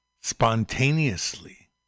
spontaneously